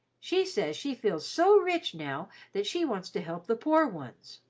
she says she feels so rich now that she wants to help the poor ones.